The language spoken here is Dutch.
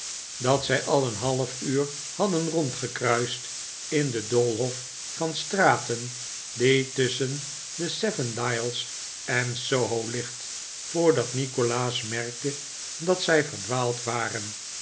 dat zij al een half uur hadden rondgekruist in den doolhof van straten die tusschen de seven dials en soho ligt voordat nikolaas merkte dat zij verdwaald waren